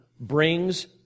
brings